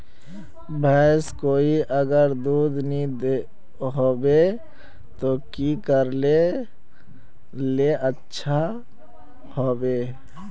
भैंस कोई अगर दूध नि होबे तो की करले ले अच्छा होवे?